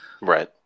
Right